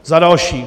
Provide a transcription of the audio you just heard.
Za další.